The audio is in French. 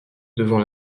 devant